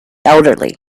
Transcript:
elderly